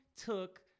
took